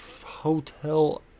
hotel